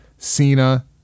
cena